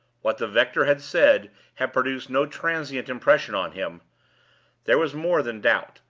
what the rector had said had produced no transient impression on him there was more than doubt,